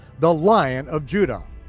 the lion of judah.